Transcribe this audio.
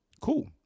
Cool